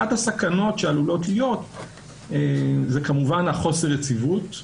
אחת הסכנות שעלולות להיות זה כמובן חוסר היציבות.